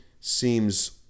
seems